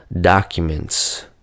Documents